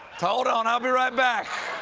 hold on, i'll be right back!